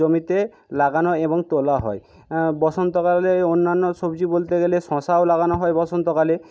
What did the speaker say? জমিতে লাগানো এবং তোলা হয় বসন্তকালে অন্যান্য সবজি বলতে গেলে শশাও লাগানো হয় বসন্ত কালে